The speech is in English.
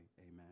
Amen